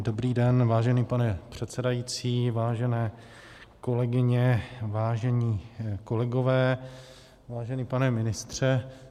Dobrý den, vážený pane předsedající, vážené kolegyně, vážení kolegové, vážený pane ministře.